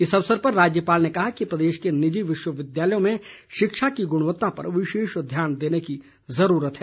इस अवसर पर राज्यपाल ने कहा कि प्रदेश के निजी विश्वविद्यालयों में शिक्षा की गुणवत्ता पर विशेष ध्यान देने की जरूरत है